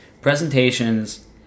Presentations